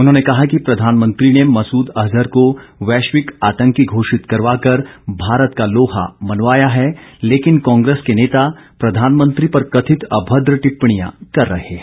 उन्होंने कहा कि प्रधानमंत्री ने मसूद अजहर को वैश्विक आतंकी घोषित करवा कर भारत का लोहा मनवाया है लेकिन कांग्रेस के नेता प्रधानमंत्री पर कथित अभद्र टिप्पणियां कर रहे हैं